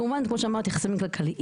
כמובן, כמו שאמרתי, חסמים כלכליים.